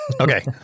Okay